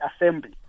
assembly